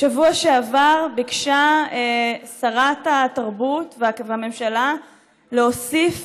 בשבוע שעבר ביקשו שרת התרבות והממשלה להוסיף